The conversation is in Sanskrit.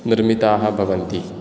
निर्मिताः भवन्ति